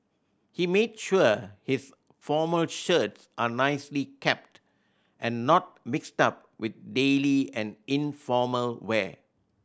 he made sure his formal shirts are nicely kept and not mixed up with daily and informal wear